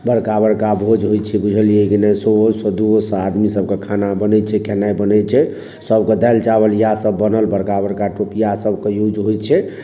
बड़का बड़का भोज होइ छै बुझलियै कि नहि सए सए दूओ सए आदमी सभके खाना बनै छै खेनाइ बनै छै सभके दालि चावल इएह सभ बनल बड़का बड़का टोपिया सभके यूज होइ छै